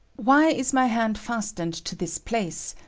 why is my hand fastened to this place,